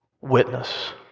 witness